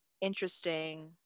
interesting